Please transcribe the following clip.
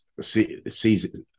sees